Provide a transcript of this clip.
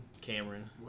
Cameron